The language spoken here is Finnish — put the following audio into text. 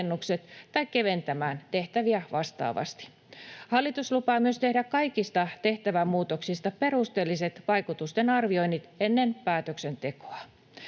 tai keventämään tehtäviä vastaavasti. Hallitus lupaa myös tehdä kaikista tehtävämuutoksista perusteelliset vaikutustenarvioinnit ennen päätöksentekoa.